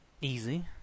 Easy